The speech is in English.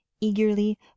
eagerly